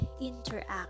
interact